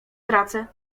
tracę